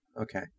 Okay